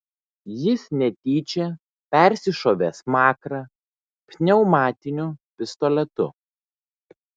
jis netyčia persišovė smakrą pneumatiniu pistoletu